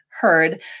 heard